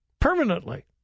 permanently